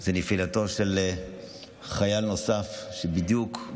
זה נפילתו של חייל נוסף, שבדיוק,